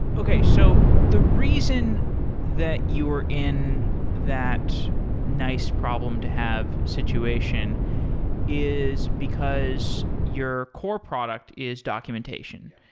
okay. so the reason that you're in that nice problem to have situation is because your core product is documentation,